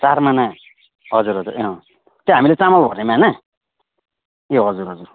चार माना हजुर हजुर ए अँ त्यो हामीले चामल भर्ने माना ए हजुर हजुर